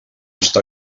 està